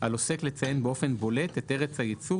על עוסק לציין באופן בולט את ארץ הייצור